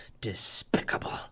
Despicable